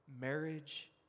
Marriage